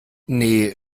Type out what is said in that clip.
nee